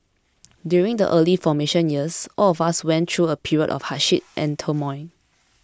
during the early formation years all of us went through a period of hardship and turmoil